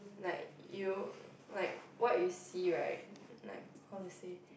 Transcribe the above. like you like what you see right like what would say